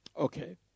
Okay